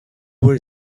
were